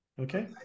Okay